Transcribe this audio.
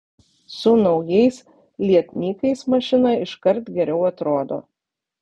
su naujais lietnykais mašina iškart geriau atrodo